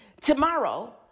tomorrow